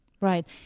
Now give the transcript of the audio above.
right